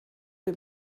dem